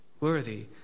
worthy